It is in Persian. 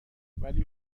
ولی